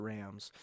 Rams